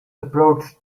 approached